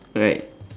right